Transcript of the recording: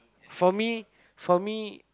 for me for me